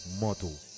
Model